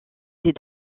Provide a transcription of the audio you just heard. des